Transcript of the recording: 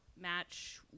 match